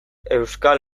euskal